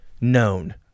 known